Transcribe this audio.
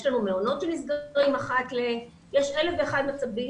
יש לנו מעונות שנסגרים אחת לתקופה ויש אלף ואחד מצבים